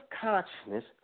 consciousness